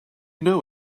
know